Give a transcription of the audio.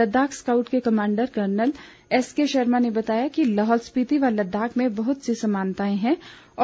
Ladakh scout के commander colonel S K Sharma ने बताया कि लाहौल स्पिति व लदाख में बहुत सी समानताएं हैं